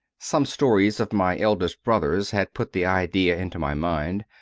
some stories of my eldest brother s had put the idea into my mind,